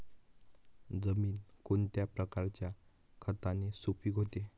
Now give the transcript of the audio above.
जमीन कोणत्या प्रकारच्या खताने सुपिक होते?